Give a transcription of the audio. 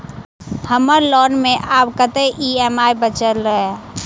हम्मर लोन मे आब कैत ई.एम.आई बचल ह?